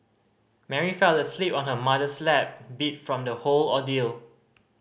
Mary fell asleep on her mother's lap beat from the whole ordeal